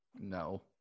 no